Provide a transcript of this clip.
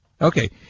Okay